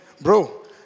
bro